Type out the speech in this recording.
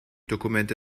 dokumente